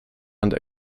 under